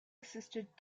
assisted